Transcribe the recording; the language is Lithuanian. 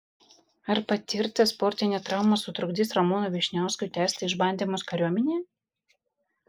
ar patirta sportinė trauma sutrukdys ramūnui vyšniauskui tęsti išbandymus kariuomenėje